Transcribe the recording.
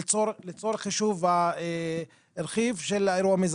לצורך חישוב הרכיב של האירוע המזכה.